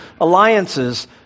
alliances